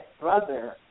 brother